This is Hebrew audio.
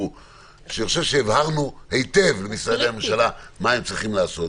שאני חושב שהבהרנו היטב למשרדי הממשלה מה הם צריכים לעשות.